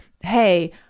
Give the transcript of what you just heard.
hey